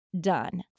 done